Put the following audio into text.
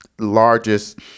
largest